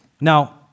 Now